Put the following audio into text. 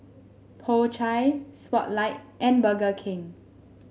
Po Chai Spotlight and Burger King